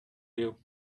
you